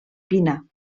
pina